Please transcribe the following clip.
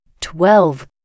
twelve